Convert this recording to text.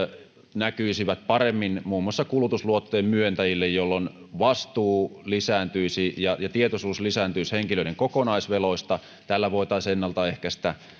näkyisivät paremmin muun muassa kulutusluottojen myöntäjille jolloin vastuu lisääntyisi ja tietoisuus henkilöiden kokonaisveloista lisääntyisi voitaisiin ennalta ehkäistä